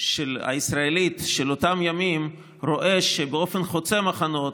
הישראלית של אותם ימים רואה שבאופן חוצה מחנות,